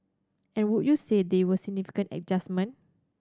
and would you say they were significant adjustment